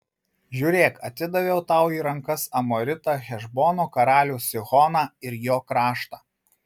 žiūrėk atidaviau tau į rankas amoritą hešbono karalių sihoną ir jo kraštą